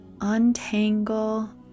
untangle